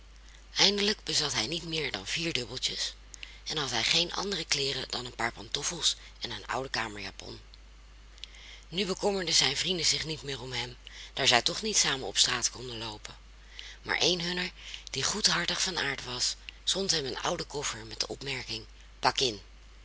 eindelijk bezat hij niet meer dan vier dubbeltjes en had geen andere kleeren dan een paar pantoffels en een oude kamerjapon nu bekommerden zijn vrienden zich niet meer om hem daar zij toch niet samen op straat konden loopen maar een hunner die goedhartig van aard was zond hem een ouden koffer met de opmerking pak in